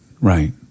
Right